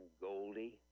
Goldie